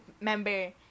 member